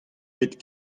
bet